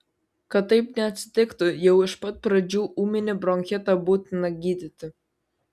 kad taip neatsitiktų jau iš pat pradžių ūminį bronchitą būtina gydyti